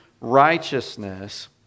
righteousness